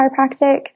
chiropractic